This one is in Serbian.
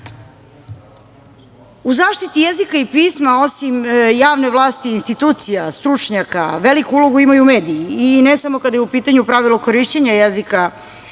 U zaštiti jezika i pisma osim javne vlasti i institucija, stručnjaka, veliku ulogu imaju mediji i ne samo kada je u pitanju pravilo korišćenja jezika